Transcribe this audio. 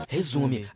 Resume